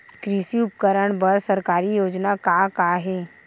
कृषि उपकरण बर सरकारी योजना का का हे?